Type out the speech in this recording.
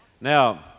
Now